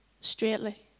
straightly